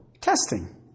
testing